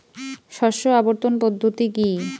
শস্য আবর্তন পদ্ধতি কি?